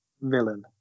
villain